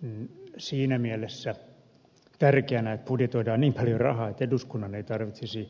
pidettiin siinä mielessä tärkeänä että budjetoidaan niin paljon rahaa että eduskunnan ei tarvitsisi